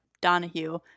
Donahue